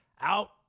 out